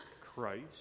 Christ